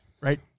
right